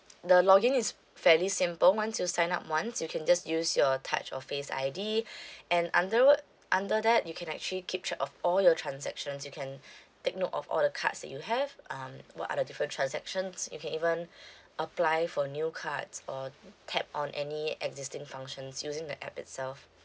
the login is fairly simple once you signed up once you can just use your touch or face I_D and under wo~ under that you can actually keep track of all your transactions you can take note of all the cards that you have um what are the different transactions you can even apply for new cards uh tap on any existing functions using the app itself